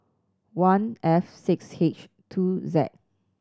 one F six H two Z